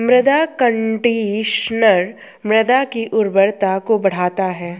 मृदा कंडीशनर मृदा की उर्वरता को बढ़ाता है